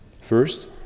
First